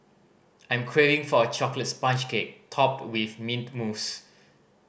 I'm craving for a chocolate sponge cake topped with mint mousse